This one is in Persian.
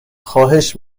خواهش